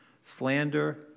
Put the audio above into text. slander